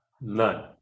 none